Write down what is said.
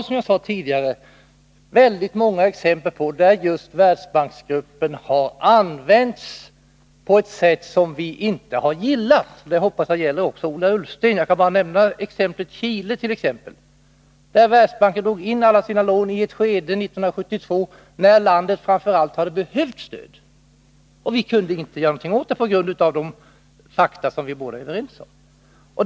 Som jag sade tidigare har vi många exempel på att Världsbanksgruppen har använts på ett sätt som vi inte har gillat — jag hoppas att också Ola Ullsten anser det. Jag kan bara nämna exemplet Chile, där Världsbanken drog in alla sina lån år 1972, i ett skede när landet framför allt hade behövt stöd — och vi kunde inte göra någonting åt det på grund av de fakta som vi är överens om.